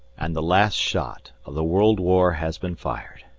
and the last shot of the world-war has been fired.